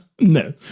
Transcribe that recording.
No